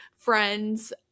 Friends